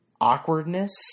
awkwardness